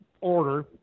order